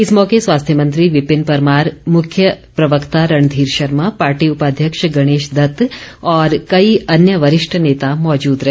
इस मौके स्वास्थ्य मंत्री विपिन परमार मुख्य प्रवक्ता रणधीर शर्मा पार्टी उपाध्यक्ष गणेश दत्त और कई अन्य वरिष्ठ नेता मौजुद रहे